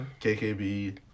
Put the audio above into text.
KKB